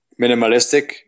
minimalistic